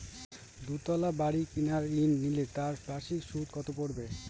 দুতলা বাড়ী কেনার ঋণ নিলে তার বার্ষিক সুদ কত পড়বে?